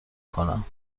کنم